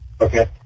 Okay